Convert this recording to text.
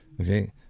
okay